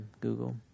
Google